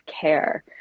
care